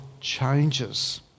changes